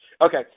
Okay